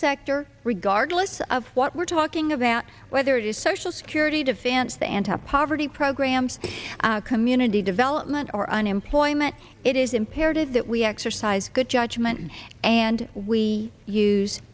sector regardless of what we're talking about whether it is social security defense the anti poverty programs community development or unemployment it is imperative that we exercise good judgment and we use